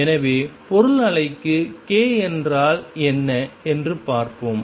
எனவே பொருள் அலைக்கு k என்றால் என்ன என்று பார்ப்போம்